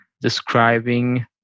describing